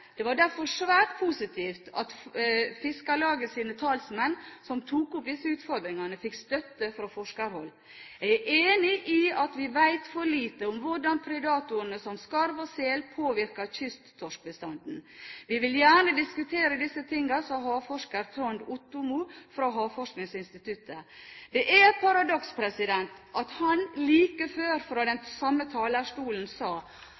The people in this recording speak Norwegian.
Det var derfor svært positivt at Fiskarlagets talsmenn, som tok opp disse utfordringene, fikk støtte fra forskerhold. Jeg er enig i at vi vet for lite om hvordan predatorene, som skarv og sel, påvirker kysttorskbestanden. Vi vil gjerne diskutere disse tingene, sa havforsker Asgeir Aglen fra Havforskningsinstituttet. Det er et paradoks at han like før – fra den samme talerstolen – sa: